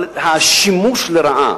אבל השימוש לרעה